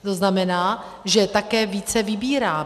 To znamená, že také více vybíráme.